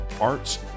arts